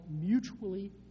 mutually